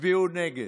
הצביעו נגד,